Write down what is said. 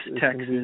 Texas